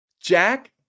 Jack